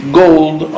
gold